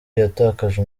yatakaje